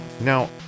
now